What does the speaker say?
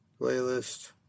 Playlist